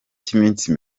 cy’iminsi